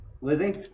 Lizzie